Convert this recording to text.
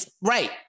right